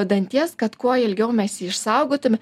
danties kad kuo ilgiau mes jį išsaugotume